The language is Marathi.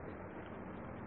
Refer Time 0427